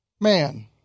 man